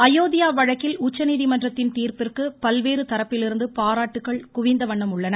அயோத்தியா வழக்கில் உச்சநீதிமன்றத்தின் தீர்ப்புக்கு பல்வேறு தரப்பிலிருந்து பாராட்டுகள் குவிந்த வண்ணம் உள்ளன